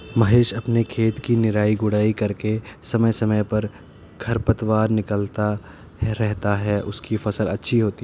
महेश अपने खेत की निराई गुड़ाई करके समय समय पर खरपतवार निकलता रहता है उसकी फसल अच्छी होती है